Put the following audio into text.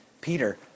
Peter